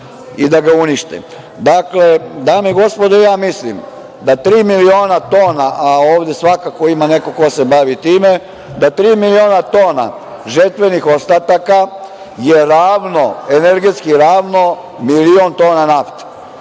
i da ga unište. Dakle, dame i gospodo, ja mislim da tri miliona tona, a ovde svakako ima neko ko se bavi time, da tri miliona tona žetvenih ostataka, je ravno energetski ravno milion tona nafte. Dakle,